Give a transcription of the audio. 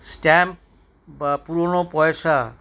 stamp বা পুরনো পয়সা